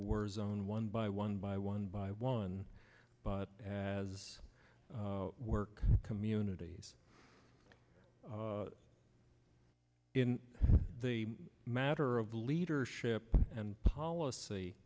word zone one by one by one by one but as i work communities in the matter of leadership and policy